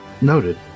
noted